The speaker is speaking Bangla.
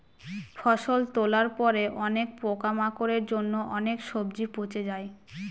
ফসল তোলার পরে অনেক পোকামাকড়ের জন্য অনেক সবজি পচে যায়